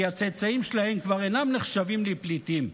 כי הצאצאים שלהם כבר אינם נחשבים לפליטים.